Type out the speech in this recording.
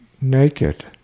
Naked